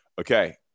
Okay